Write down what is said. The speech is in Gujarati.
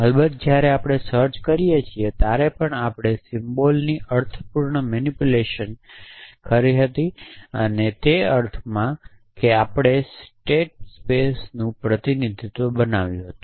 અલબત્ત જ્યારે આપણે સર્ચ કરીયે ત્યારે પણ આપણે સિમ્બલ્સની અર્થપૂર્ણ મેનીપુલેશન કરી હતી તે અર્થમાં કે આપણે સ્ટેટ સ્પેસનું પ્રતિનિધિત્વ બનાવ્યું છે